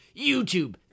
YouTube